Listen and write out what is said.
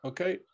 Okay